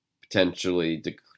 potentially